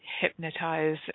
hypnotize